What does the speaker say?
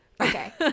okay